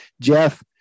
Jeff